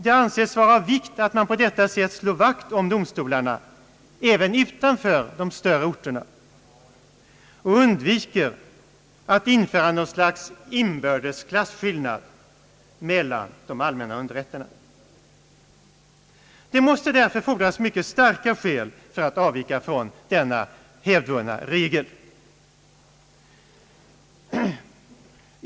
Det anses vara av vikt att man slår vakt om domstolarna även utanför de större orterna och undviker att införa något slags inbördes klasskillnad mellan de allmänna underrätterna. Det måste därför fordras mycket starka skäl för att avvika från denna hävdvunna regel.